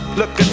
look